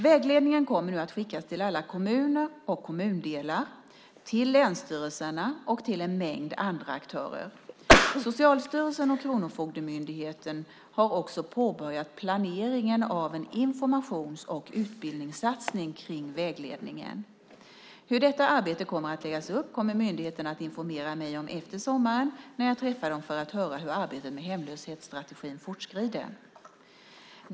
Vägledningen kommer nu att skickas till alla kommuner och kommundelar, till länsstyrelserna och till en mängd andra aktörer. Socialstyrelsen och Kronofogdemyndigheten har också påbörjat planeringen av en informations och utbildningssatsning kring vägledningen. Hur detta arbete kommer att läggas upp kommer myndigheterna att informera mig om efter sommaren när jag träffar dem för att höra hur arbetet med hemlöshetsstrategin fortskrider.